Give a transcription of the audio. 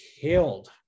killed